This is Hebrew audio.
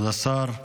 כבוד השר,